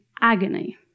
agony